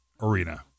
arena